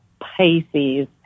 Pisces